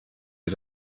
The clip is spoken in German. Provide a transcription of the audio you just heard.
ihr